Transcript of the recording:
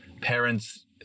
parents